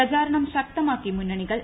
പ്രചാരണം ശക്തമാക്കി ്മുന്നുണികൾ